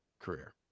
career